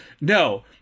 no